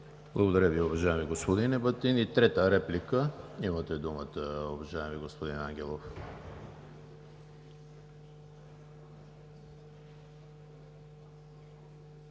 Благодаря Ви, уважаеми господин Ебатин. Трета реплика – имате думата, уважаеми господин Ангелов.